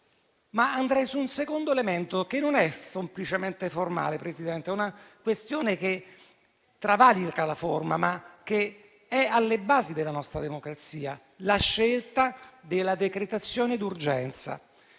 però, su un secondo elemento, che non è semplicemente formale, Presidente, ma travalica la forma ed è alle basi della nostra democrazia: la scelta della decretazione d'urgenza.